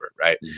right